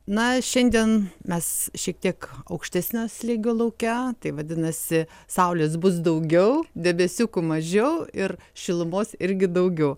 na šiandien mes šiek tiek aukštesnio slėgio lauke tai vadinasi saulės bus daugiau debesiukų mažiau ir šilumos irgi daugiau